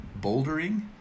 Bouldering